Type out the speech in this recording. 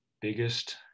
biggest